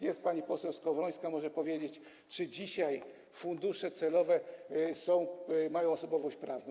Jest pani poseł Skowrońska, może powiedzieć, czy dzisiaj fundusze celowe mają osobowość prawną.